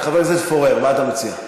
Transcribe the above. חבר הכנסת פורר, מה אתה מציע?